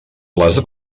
les